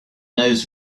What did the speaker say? knows